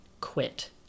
quit